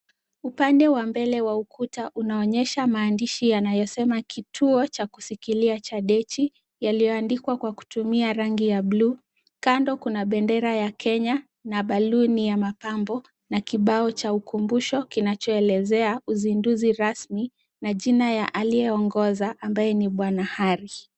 Upande wa mbele wa ukuta unaonyesha maandishi yanayosema Kituo cha Kusikilia cha Dechi yaliyoandikwa kutumia rangi ya buluu, kando kuna bendera ya Kenya na baluni ya mapambo na kibao cha ukumbusho kinachoelezea uzinduzi rasmi na jina la aliyeongoza ambaye ni Bwana Hari.